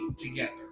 together